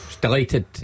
delighted